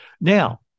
Now